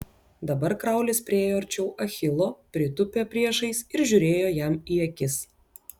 dabar kraulis priėjo arčiau achilo pritūpė priešais ir žiūrėjo jam į akis